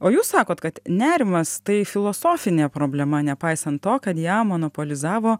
o jūs sakot kad nerimas tai filosofinė problema nepaisant to kad ją monopolizavo